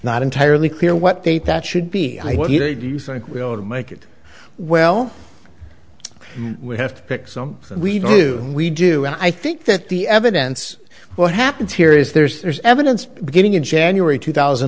not entirely clear what they thought should be i do you think we ought to make it well we have to pick some we do we do i think that the evidence what happens here is there's there's evidence beginning in january two thousand